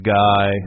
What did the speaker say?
guy